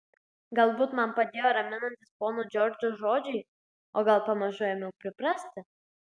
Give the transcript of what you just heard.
galbūt man padėjo raminantys pono džordžo žodžiai o gal pamažu ėmiau priprasti